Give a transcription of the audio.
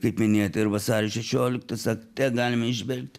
kaip minėjot ir vasario šešioliktos akte galime įžvelgti